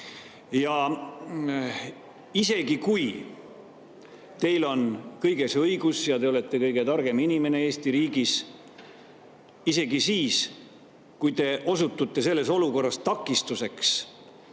Ja isegi, kui teil on kõiges õigus ja te olete kõige targem inimene Eesti riigis, isegi siis, kui te osutute selles olukorras takistuseks,